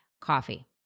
coffee